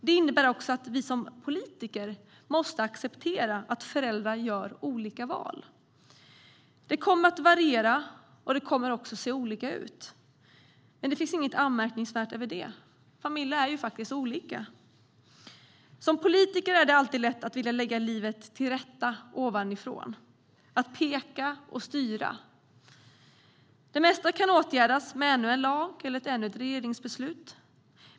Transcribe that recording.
Det innebär också att vi som politiker måste acceptera att föräldrar gör olika val. Det kommer att variera, och det kommer också att se olika ut. Men det finns inget anmärkningsvärt i det. Familjer är faktiskt olika. Som politiker är det alltid lätt att vilja lägga livet till rätta ovanifrån, att peka och styra. Det mesta kan åtgärdas med ännu en lag eller ännu ett regeringsbeslut.